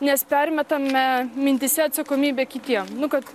nes permetame mintyse atsakomybę kitiem nu kad